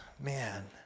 man